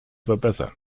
verbessern